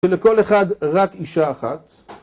ולכל אחד רק אישה אחת.